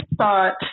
thought